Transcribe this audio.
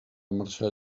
marxar